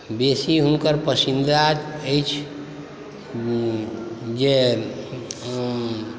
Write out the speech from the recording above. बेसी हुनकर पसन्दीदा अछि जे